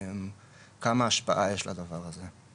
כמה השפעה יש לדבר הזה.